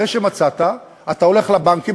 אחרי שמצאת אתה הולך לבנקים,